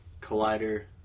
Collider